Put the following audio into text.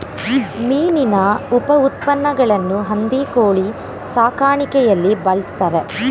ಮೀನಿನ ಉಪಉತ್ಪನ್ನಗಳನ್ನು ಹಂದಿ ಕೋಳಿ ಸಾಕಾಣಿಕೆಯಲ್ಲಿ ಬಳ್ಸತ್ತರೆ